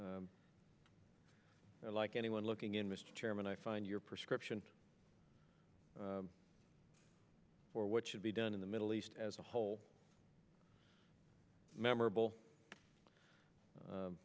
like anyone looking in mr chairman i find your prescription for what should be done in the middle east as a whole memorable